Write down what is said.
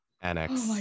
Annex